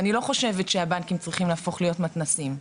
אני לא חושבת שהבנקים צריכים להפוך להיות מתנ"סים,